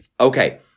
Okay